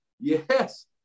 Yes